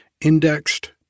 indexed